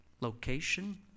location